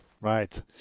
Right